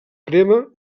crema